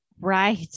Right